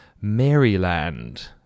Maryland